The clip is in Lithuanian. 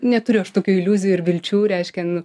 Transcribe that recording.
neturiu aš tokių iliuzijų ir vilčių reiškia nu